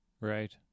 right